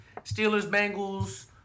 Steelers-Bengals